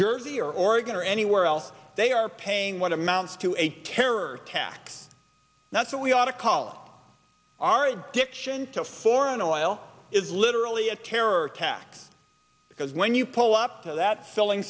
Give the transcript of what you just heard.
jersey or oregon or anywhere else they are paying what amounts to a terror attack that's what we ought to call our addiction to foreign oil is literally a terror attack because when you pull up to that filling